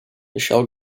michele